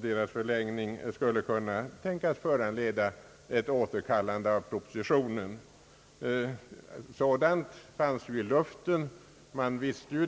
övergångsbestämmelserna skulle kunna tänkas föranleda ett återkallande av propositionen. En sådan sak låg ju i luften — man visste det.